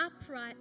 upright